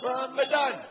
Ramadan